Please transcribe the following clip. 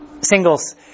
Singles